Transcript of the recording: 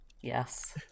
Yes